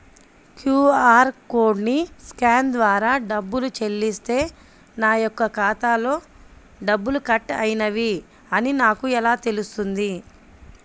QR కోడ్ని scan ద్వారా డబ్బులు చెల్లిస్తే నా యొక్క ఖాతాలో డబ్బులు కట్ అయినవి అని నాకు ఎలా తెలుస్తుంది?